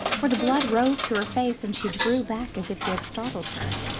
for the blood rose to her face and she drew back as if he had startled her.